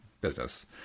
business